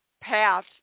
path